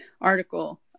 article